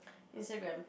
instagram